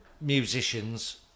musicians